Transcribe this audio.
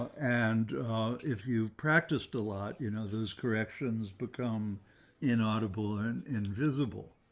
and if you've practiced a lot, you know those corrections become in audible and and visible.